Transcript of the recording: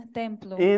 temple